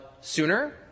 sooner